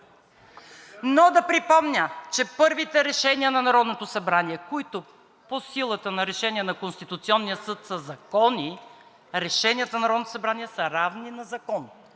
Но да припомня, че първите решения на Народното събрание, които по силата на Решение на Конституционния съд са закони, решенията на Народното събрание са равни за закон